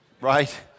right